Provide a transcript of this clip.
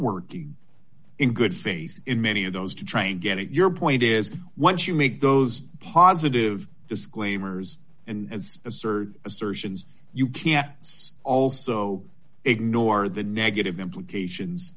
working in good faith in many of those to try and get your point is once you make those positive disclaimers and assert assertions you can't it's also ignore the negative implications